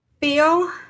feel